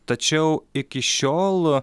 tačiau iki šiol